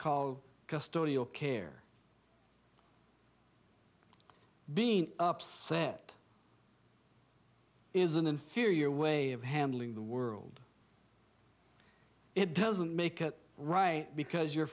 call custody or care being upset is an inferior way of handling the world it doesn't make it right because you're